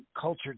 culture